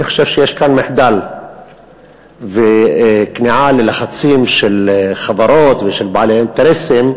אני חושב שיש כאן מחדל וכניעה ללחצים של חברות ושל בעלי אינטרסים,